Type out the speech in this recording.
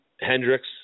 Hendricks